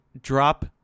drop